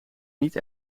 niet